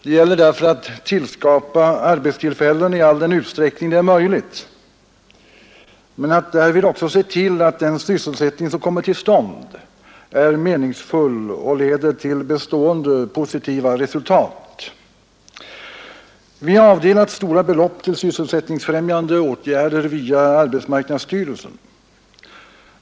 Det gäller att tillskapa arbetstillfällen i all den utsträckning det är möjligt men att därvid också se till att den sysselsättning som kommer till stånd är meningsfull och leder till bestående positiva resultat. Vi har avdelat stora belopp till sysselsättningsfrämjande åtgärder via arbetsmarknadsstyrelsen.